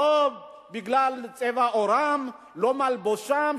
לא בגלל צבע עורם, לא בגלל מלבושם,